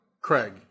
Craig